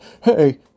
hey